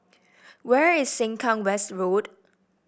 where is Sengkang West Road